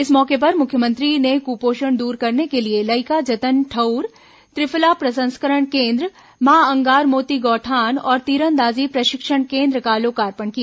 इस मौके पर मुख्यमंत्री ने कुपोषण दूर करने के लिए लइका जतन ठउर त्रिफला प्रसंस्करण केन्द्र मां अंगार मोती गौठान और तीरंदाजी प्रशिक्षण केन्द्र का लोकार्पण किया